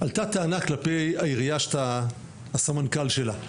עלתה טענה כלפי העירייה שאתה הסמנכ"ל שלה.